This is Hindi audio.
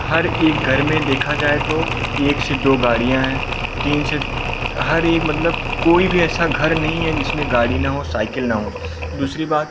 हर एक घर में देखा जाए तो एक से दो गाड़ियाँ हैं तीन से हर एक मतलब कि कोई भी ऐसा घर नहीं है जिसमें गाड़ी न हो साइकिल न हो दूसरी बात